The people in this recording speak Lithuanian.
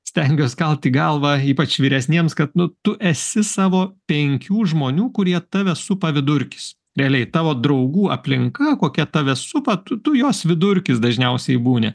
stengiuos kalt į galvą ypač vyresniems kad nu tu esi savo penkių žmonių kurie tave supa vidurkis realiai tavo draugų aplinka kokia tave supa tu tu jos vidurkis dažniausiai būni